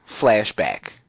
Flashback